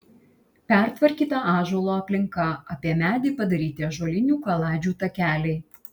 patvarkyta ąžuolo aplinka apie medį padaryti ąžuolinių kaladžių takeliai